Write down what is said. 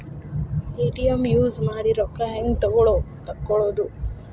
ATM use ಮಾಡಿ ರೊಕ್ಕ ಹೆಂಗೆ ತಕ್ಕೊಳೋದು?